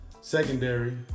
secondary